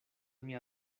mia